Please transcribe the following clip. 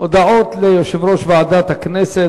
הודעות ליושב-ראש ועדת הכנסת,